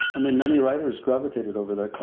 i mean many writers gravitated over there.